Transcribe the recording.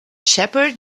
shepherd